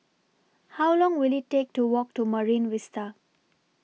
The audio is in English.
How Long Will IT Take to Walk to Marine Vista